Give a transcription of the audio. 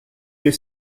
que